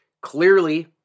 Clearly